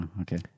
okay